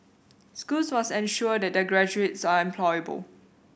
schools must ensure that their graduates are employable